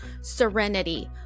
Serenity